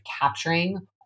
capturing